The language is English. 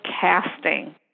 Casting